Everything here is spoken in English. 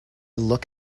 look